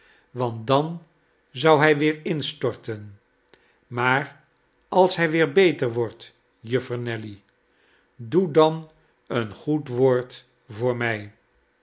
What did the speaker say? want dan zou hij weer instorten maar als hij weer beter wordt juffer nelly doe dan een goed woord voor mij